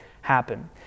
happen